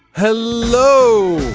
hello.